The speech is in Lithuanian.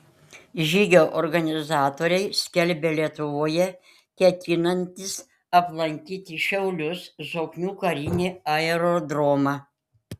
žygio organizatoriai skelbia lietuvoje ketinantys aplankyti šiaulius zoknių karinį aerodromą